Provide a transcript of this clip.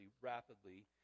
rapidly